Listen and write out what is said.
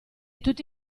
tutti